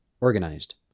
organized